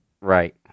Right